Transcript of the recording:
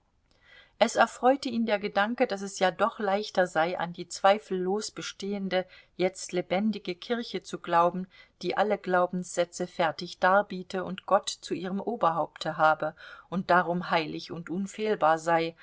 es erfreute ihn der gedanke daß es ja doch leichter sei an die zweifellos bestehende jetzt lebendige kirche zu glauben die alle glaubenssätze fertig darbiete und gott zu ihrem oberhaupte habe und darum heilig und unfehlbar sei